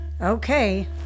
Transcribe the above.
Okay